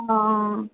অ